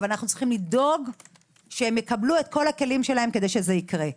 אבל אנו צריכים לדאוג שיקבלו את כל הכלים שלהם כדי שזה יקרה.